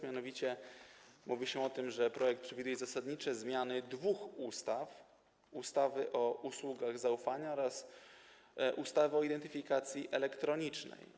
Mówiliśmy mianowicie o tym, że projekt przewiduje zasadnicze zmiany dwóch ustaw, ustawy o usługach zaufania oraz ustawy o identyfikacji elektronicznej.